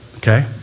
Okay